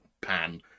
pan